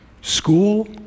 school